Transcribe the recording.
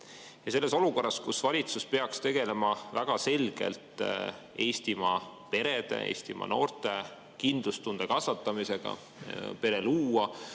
Selles olukorras peaks valitsus tegelema väga selgelt Eestimaa perede ja Eestimaa noorte kindlustunde kasvatamisega, et [nad